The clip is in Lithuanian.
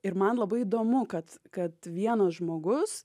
ir man labai įdomu kad kad vienas žmogus